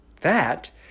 That